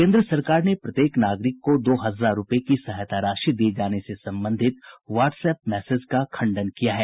केन्द्र सरकार ने प्रत्येक नागरिक को दो हजार रुपये की सहायता राशि दिये जाने से संबंधित व्हाट्सएप मैसज का खंडन किया है